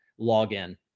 login